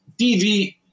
TV